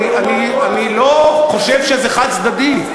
אני לא חושב שזה חד-צדדי.